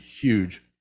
huge